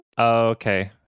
okay